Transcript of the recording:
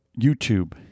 YouTube